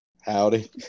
Howdy